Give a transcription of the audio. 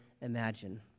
imagine